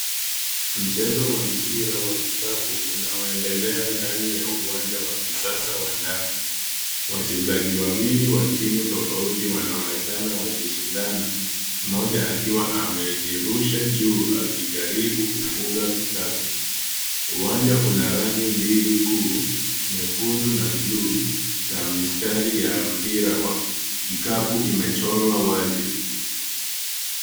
Mchezo wa mpira wa kikapu unaoendelea ndani ya uwanja wa kisasa wa ndani. Wachezaji wawili wa timu tofauti wanaonekana wakishindana moja akiwa amejirusha juu akijaribu kufunga kitabu. Uwanja una rangi mbili kuu nyekundu na bluu na mistari ya mpira wa kikapu imechorwa wazi.